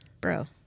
bro